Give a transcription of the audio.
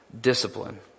discipline